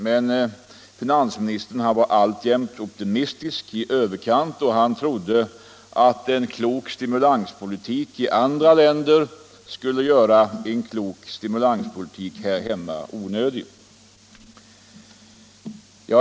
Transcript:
Men finansministern var alltjämt optimistisk i överkant och trodde att en klok stimulanspolitik i andra länder skulle göra en klok stimulanspolitik här hemma onödig.